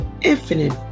infinite